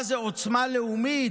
מה זו עוצמה לאומית,